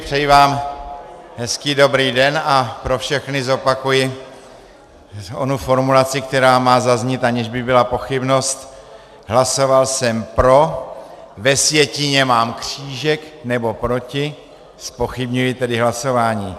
Přeji vám hezký dobrý den a pro všechny zopakuji onu formulaci, která má zaznít, aniž by byla pochybnost: Hlasoval jsem pro, ve sjetině mám křížek, nebo proti, zpochybňuji tedy hlasování.